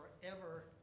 forever